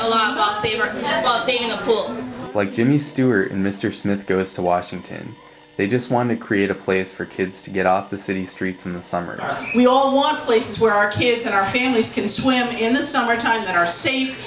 cool like jimmy stewart in mr smith goes to washington they just want to create a place for kids to get off the city streets in the summer we all want places where our kids and our families can swim in the summertime they are sa